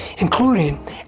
including